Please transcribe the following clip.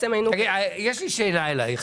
יש לי שאלה אליך.